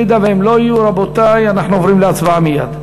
אם הם לא יהיו, רבותי, אנחנו עוברים להצבעה מייד.